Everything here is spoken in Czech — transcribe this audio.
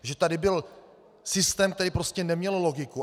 Že tady byl systém, který prostě neměl logiku.